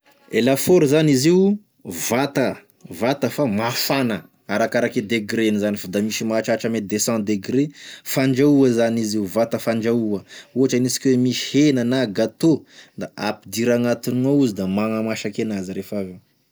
E lafôro zany izy io vata, vata fa mafana, arakaraky e degreny zany fa da misy mahatratra ame deux cent degre fandrahoa zany izy io, vata fandrahoa, ohatry aniasika oe misy hena na gatô da ampidira agnatiny gn'ao izy da magnamasaky anazy refa aveo.